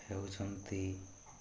ହେଉଛନ୍ତି